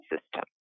system